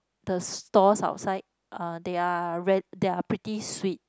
the stores outside uh they are red they are pretty sweet